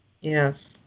Yes